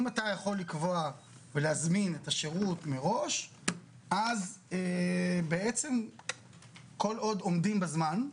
אם אתה יכול לקבוע ולהזמין את השרות מראש - אז בעצם כל עוד עומדים בזמן,